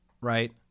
right